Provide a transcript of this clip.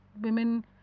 women